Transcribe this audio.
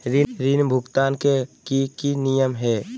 ऋण भुगतान के की की नियम है?